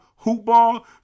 HOOPBALL